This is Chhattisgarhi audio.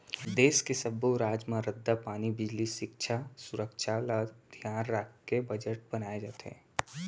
देस के सब्बो राज म रद्दा, पानी, बिजली, सिक्छा, सुरक्छा ल धियान राखके बजट बनाए जाथे